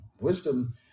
Wisdom